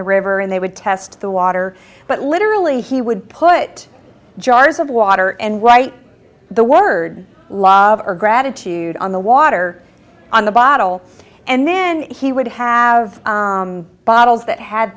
the river and they would test the water but literally he would put jars of water and write the word of gratitude on the water on the bottle and then he would have bottles that had